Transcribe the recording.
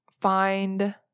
Find